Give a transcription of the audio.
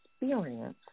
experience